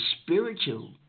spiritual